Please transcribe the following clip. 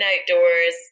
outdoors